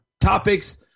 topics